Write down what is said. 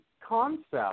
concept